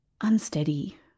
unsteady